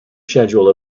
schedule